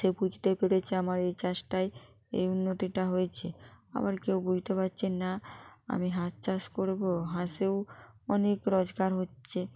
সে বুঝতে পেরেছে আমার এই চাষটাই এই উন্নতিটা হয়েছে আবার কেউ বুঝতে পারছেন না আমি হাঁস চাষ করবো হাঁসেও অনেক রোজগার হচ্ছে